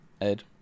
Ed